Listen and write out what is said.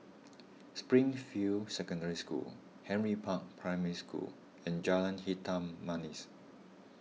Springfield Secondary School Henry Park Primary School and Jalan Hitam Manis